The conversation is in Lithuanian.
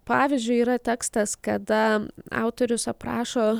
pavyzdžiui yra tekstas kada autorius aprašo